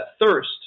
thirst